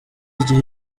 igihe